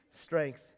Strength